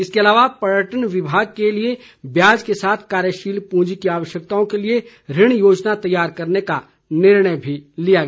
इसके अलावा पर्यटन विभाग के लिए ब्याज के साथ कार्यशील पूंजी की आवश्यकताओं के लिए ऋण योजना तैयार करने का निर्णय भी लिया गया